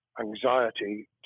anxiety